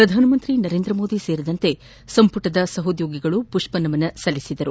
ಪ್ರಧಾನಮಂತ್ರಿ ನರೇಂದ್ರ ಮೋದಿ ಸೇರಿದಂತೆ ಸಂಮಟದ ಸಹೋದ್ಗೋಗಿಗಳು ಮಷ್ಪನಮನ ಸಲ್ಲಿಸಿದರು